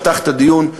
שפתח את הדיון,